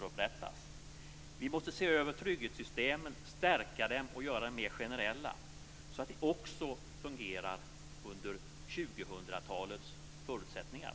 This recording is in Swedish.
Vi måste också se över våra trygghetssystem, stärka dem och göra dem mer generella, så att de också fungerar under 2000-talets förutsättningar.